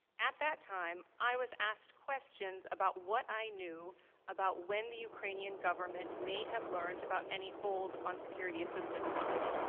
at that time, i was asked questions about what i knew about when the ukrainian government may have learned about any hold on security assistance funds.